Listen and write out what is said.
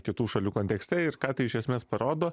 kitų šalių kontekste ir ką tai iš esmės parodo